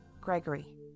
Gregory